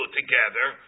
together